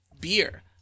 beer